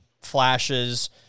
flashes